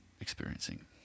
experiencing